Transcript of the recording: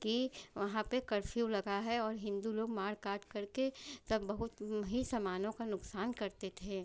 कि वहाँ पर कर्फ़्यू लगा है और हिन्दू लोग मार काट करके सब बहुत वही समानों का नुक़सान करते थे